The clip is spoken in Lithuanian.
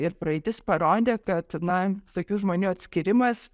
ir praeitis parodė kad na tokių žmonių atskyrimas